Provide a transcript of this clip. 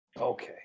Okay